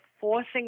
forcing